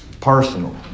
personal